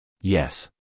Yes